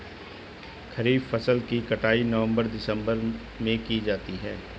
खरीफ फसल की कटाई नवंबर दिसंबर में की जाती है